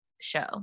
show